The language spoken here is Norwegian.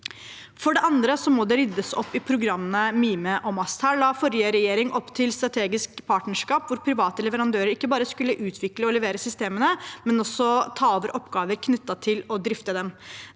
er at det må ryddes opp i programmene Mime og MAST. Forrige regjering la opp til strategisk partnerskap hvor private leverandører ikke bare skulle utvikle og levere systemene, men også ta over oppgaver knyttet til å drifte dem.